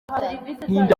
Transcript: ntinda